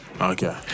Okay